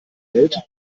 hält